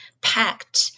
packed